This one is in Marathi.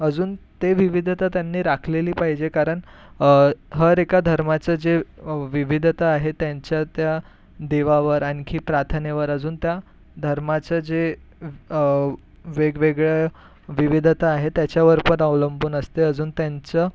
अजून ते विविधता त्यांनी राखलेली पाहिजे कारण हर एका धर्माचं जे विविधता आहे त्यांच्या त्या देवावर आणखी प्रार्थनेवर अजून त्या धर्माचं जे वेगवेगळं विविधता आहे त्याच्यावर पण अवलंबून असते अजून त्यांचं